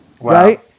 right